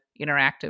interactive